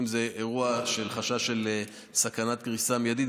אם זה אירוע של חשש של סכנת קריסה מיידית,